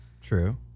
True